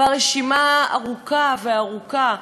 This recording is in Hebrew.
והרשימה ארוכה, ארוכה.